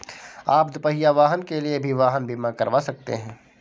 आप दुपहिया वाहन के लिए भी वाहन बीमा करवा सकते हैं